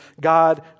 God